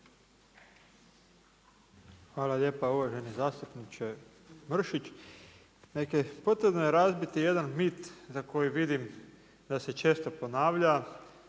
Hvala lijepa uvaženi zastupniče Mrsić. Dakle, potrebno je razbiti jedan mit za koji vidim da se često ponavlja,